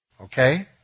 Okay